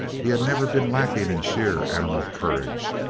he had never been lacking in sheer animal courage,